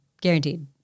guaranteed